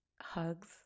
hugs